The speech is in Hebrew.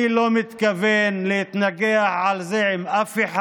אני לא מתכוון להתנגח על זה עם אף אחד.